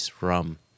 Rum